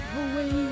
away